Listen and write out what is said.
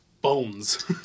Bones